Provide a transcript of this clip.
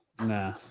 Nah